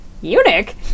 eunuch